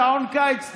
שעון קיץ,